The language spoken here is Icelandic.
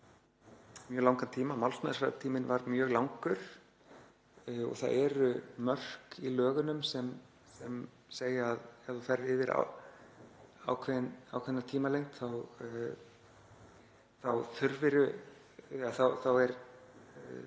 Málsmeðferðartíminn var mjög langur og það eru mörk í lögunum sem má segja að ef þú ferð yfir ákveðna tímalengd þá beri að